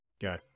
Go